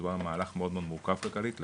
מדובר על מהלך מאוד מאוד מורכב כלכלית להיפך,